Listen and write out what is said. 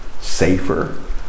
safer